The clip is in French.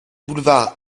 boulevard